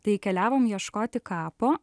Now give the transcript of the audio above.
tai keliavom ieškoti kapo